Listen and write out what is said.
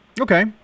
Okay